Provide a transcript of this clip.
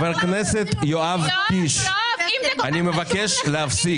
חבר הכנסת יואב קיש, אני מבקש להפסיק.